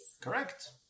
Correct